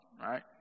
right